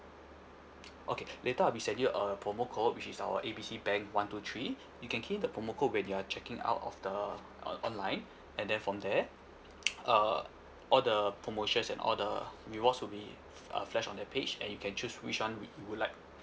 okay later I'll be send you a promo call which is our A B C bank one two three you can key in the promo code when you are checking out of the uh online and then from there uh all the promotions and all the rewards will be uh flashed on the page and you can choose which [one] you would like